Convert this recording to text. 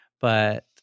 But-